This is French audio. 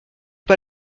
pas